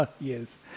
Yes